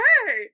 hurt